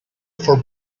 for